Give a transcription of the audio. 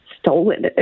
stolen